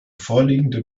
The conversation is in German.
vorliegende